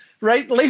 right